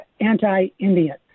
anti-Indian